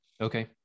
Okay